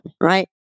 right